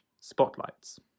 spotlights